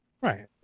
Right